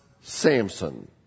Samson